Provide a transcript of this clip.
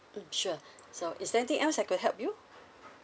mm sure so is there anything else I could help you